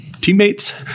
teammates